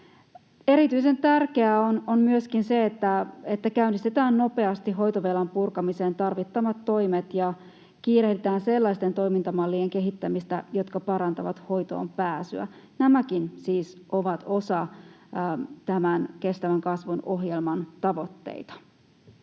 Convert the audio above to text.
Erityisen tärkeää on myöskin se, että käynnistetään nopeasti hoitovelan purkamiseen tarvittavat toimet ja kiirehditään sellaisten toimintamallien kehittämistä, jotka parantavat hoitoonpääsyä. Nämäkin siis ovat osa tämän kestävän kasvun ohjelman tavoitteita.